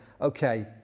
okay